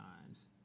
Times